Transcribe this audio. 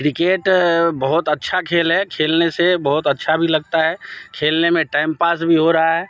cricket बहुत अच्छा खेल है खेलने से बहुत अच्छा भी लगता है खेलने में टाइम पास भी हो रहा है